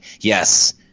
yes